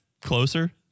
closer